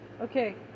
Okay